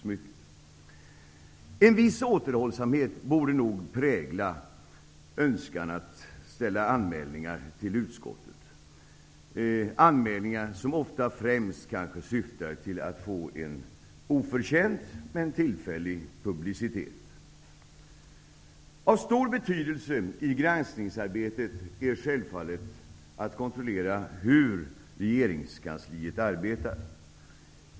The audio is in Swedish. En viss återhållsamhet borde nog prägla önskan om att framställa anmälningar till utskottet, anmälningar som ofta främst kanske syftar till att få en oförtjänt men tillfällig publicitet. Av stor betydelse i granskningsarbetet är självfallet att kontrollera hur regeringskansliet arbetar.